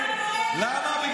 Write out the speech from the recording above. למה?